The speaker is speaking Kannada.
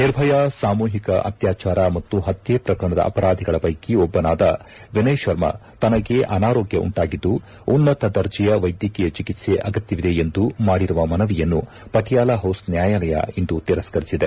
ನಿರ್ಭಯಾ ಸಾಮೂಹಿಕ ಅತ್ಯಾಚಾರ ಮತ್ತು ಪತ್ಯೆ ಪ್ರಕರಣದ ಅಪರಾಧಿಗಳ ಪೈಕಿ ಒಬ್ಬನಾದ ವಿನಯ್ ಶರ್ಮ ತನಗೆ ಅನಾರೋಗ್ಯ ಉಂಟಾಗಿದ್ದು ಉನ್ನತ ದರ್ಜೆಯ ವೈದ್ಯಕೀಯ ಚಿಕಿತ್ಸೆ ಅಗತ್ಯವಿದೆ ಎಂದು ಮಾಡಿರುವ ಮನವಿಯನ್ನು ಪಟಿಯಾಲ ಹೌಸ್ ನ್ಯಾಯಾಲಯ ಇಂದು ತಿರಸ್ಕರಿಸಿದೆ